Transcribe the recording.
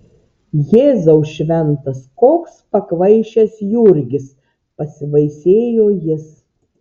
jėzau šventas koks pakvaišęs jurgis pasibaisėjo jis